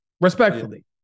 respectfully